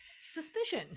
suspicion